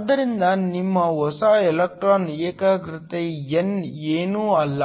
ಆದ್ದರಿಂದ ನಿಮ್ಮ ಹೊಸ ಎಲೆಕ್ಟ್ರಾನ್ ಏಕಾಗ್ರತೆ n ಏನೂ ಅಲ್ಲ